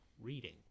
reading